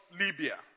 Libya